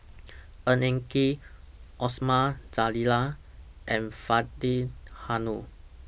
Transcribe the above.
Ng Eng Kee Osman Zailani and Faridah Hanum